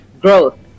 growth